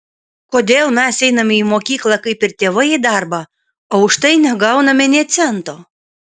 kodėl mes einame į mokyklą kaip ir tėvai į darbą o už tai negauname nė cento